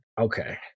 Okay